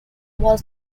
was